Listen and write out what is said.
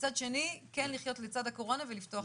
ומצד שני כן לחיות לצד הקורונה ולפתוח את המשק.